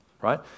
right